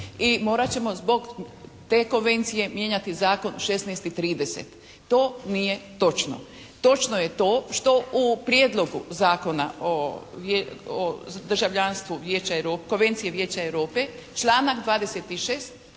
i morat ćemo zbog te Konvencije mijenjati zakon u 16 i 30. To nije točno. Točno je to što u Prijedlogu Zakona o državljanstvu Vijeća, Konvencije Vijeća Europe članaka 26.